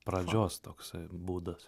pradžios toks būdas